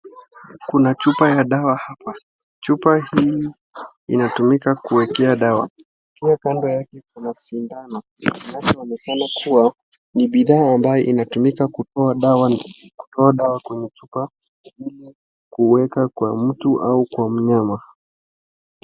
Kuna chupa ya dawa hapa. Chupa hii inatumika kuekea dawa. Kando yake kuna sindano, ni bidhaa ambayo inatumika kutoa dawa kwenye chupa ili kueka kwa mtu au kwa mnyama.